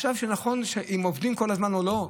עכשיו, נכון אם עובדים כל הזמן או לא?